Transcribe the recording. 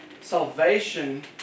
salvation